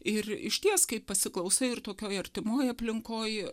ir išties kai pasiklausai ir tokioj artimoj aplinkoj